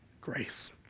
grace